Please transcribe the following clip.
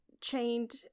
chained